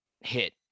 hit